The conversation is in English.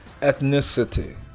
ethnicity